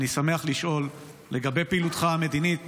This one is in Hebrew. אני שמח לשאול לגבי פעילותך המדינית.